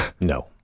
no